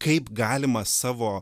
kaip galima savo